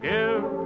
Give